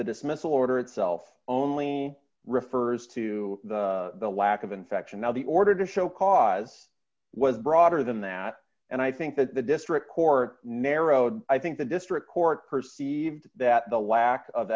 the dismissal order itself only refers to the lack of infection now the order to show cause was broader than that and i think that the district court narrowed i think the district court perceived that the lack of